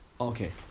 Okay